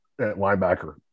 linebacker